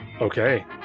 Okay